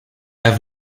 have